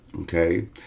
Okay